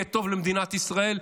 יהיה טוב למדינת ישראל,